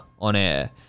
on-air